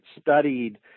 studied